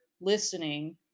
listening